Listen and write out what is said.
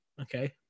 Okay